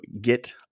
get